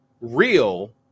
real